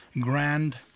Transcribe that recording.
grand